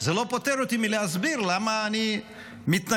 זה לא פוטר אותי מלהסביר למה אני מתנגד